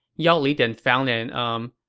yao li then found an, umm,